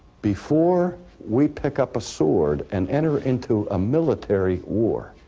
before we pick up a sword and enter into ah military war,